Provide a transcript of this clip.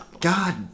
god